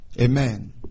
Amen